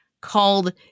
called